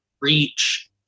reach